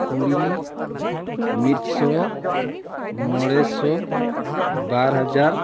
ᱠᱩᱲᱤ ᱢᱤᱫᱥᱚ ᱢᱚᱬᱮᱥᱚ ᱵᱟᱨᱦᱟᱡᱟᱨ